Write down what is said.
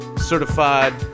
Certified